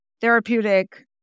therapeutic